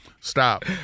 stop